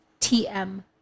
TM